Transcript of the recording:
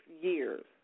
years